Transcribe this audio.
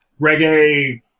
reggae